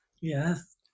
Yes